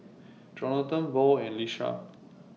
Jonathon Val and Lisha